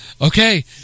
Okay